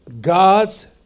God's